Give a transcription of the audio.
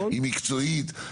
היא מקצועית,